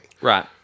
Right